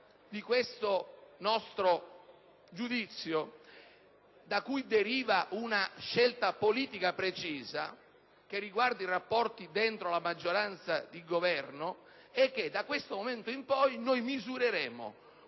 di questo nostro giudizio, da cui deriva una scelta politica precisa che riguarda i rapporti dentro la maggioranza di Governo, è che da questo momento in poi noi, come